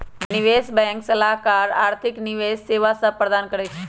निवेश बैंक सलाहकार आर्थिक निवेश सेवा सभ प्रदान करइ छै